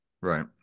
Right